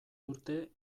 urte